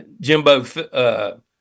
jimbo